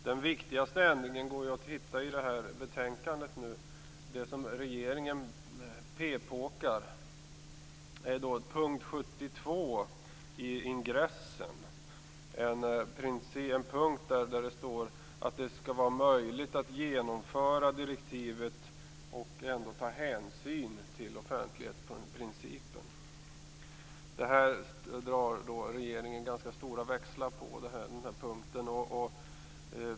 Den viktigaste ändringen kan man hitta i betänkandet. Det är, som regeringen påpekar, punkt 72 i ingressen. Där står att det skall vara möjligt att genomföra direktivet och ändå ta hänsyn till offentlighetsprincipen. Den punkten drar regeringen ganska stora växlar på.